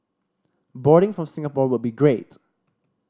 boarding from Singapore would be great